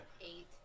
Eight